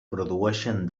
produeixen